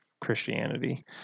christianity